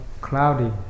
cloudy